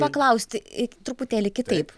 paklausti truputėlį kitaip